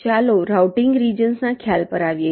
હવે ચાલો routing regions ના ખ્યાલ પર આવીએ